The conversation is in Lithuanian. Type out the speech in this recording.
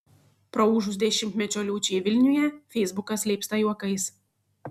praūžus dešimtmečio liūčiai vilniuje feisbukas leipsta juokais